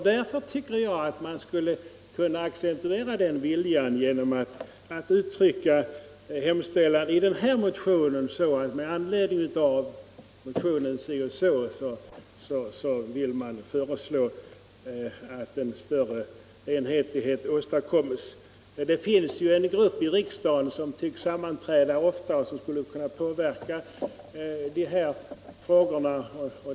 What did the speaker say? Därför kunde man ha accentuerat den viljan genom att i hemställan i det här betänkandet uttala att man med anledning av motionen vill föreslå att en större enhetlighet åstadkommes. Det finns en grupp i riksdagen som tycks sammanträda regelbundet och som skulle kunna påverka dessa frågor.